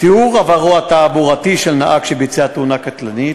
תיאור עברו התעבורתי של נהג שביצע תאונה קטלנית,